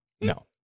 No